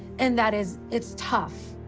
and that is it's tough.